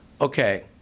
okay